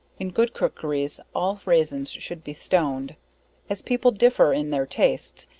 in good cookeries, all raisins should be stoned as people differ in their tastes,